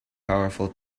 powerful